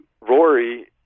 Rory